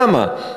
למה?